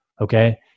Okay